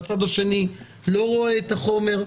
הצד השני לא רואה את החומר.